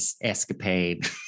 escapade